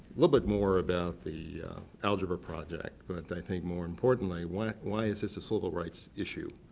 little bit more about the algebra project, but i think more importantly why why is this a civil rights issue?